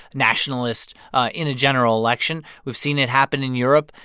nationalist in a general election. we've seen it happen in europe.